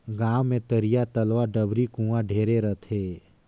गांव मे तरिया, तलवा, डबरी, कुआँ ढेरे रथें